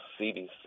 CDC